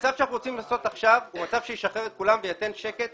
המצב שאנחנו רוצים לעשות עכשיו הוא מצב שישחרר את כולם וייתן שקט,